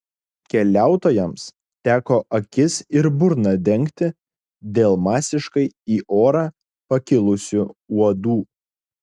keliautojams teko akis ir burną dengti dėl masiškai į orą pakilusių uodų